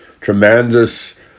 Tremendous